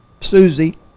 Susie